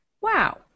Wow